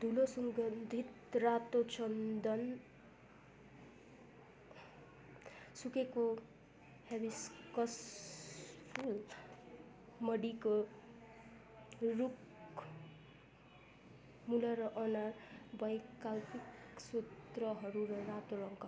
धुलो सुगन्धित रातो चन्दन सुकेको हेबिस्कस फुल मडीको रुख मुला र अनार वैकल्पिक सूत्रहरू र रातो रङहरू हुन्